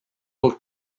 book